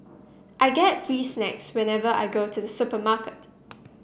I get free snacks whenever I go to the supermarket